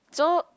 so